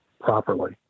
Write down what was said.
properly